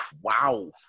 Wow